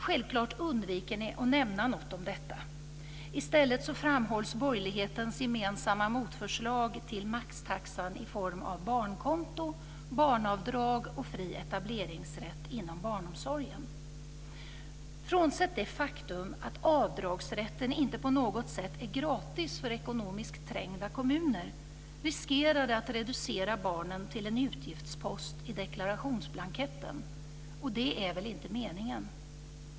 Ni undviker självklart att nämna något om detta. I stället framhålls borgerlighetens gemensamma motförslag till maxtaxan i form av barnkonto, barnavdrag och fri etableringsrätt inom barnomsorgen. Frånsett det faktum att avdragsrätten inte på något sätt är gratis för ekonomiskt trängda kommuner, riskerar den att reducera barnen till en utgiftspost i deklarationsblanketten. Det är väl inte meningen?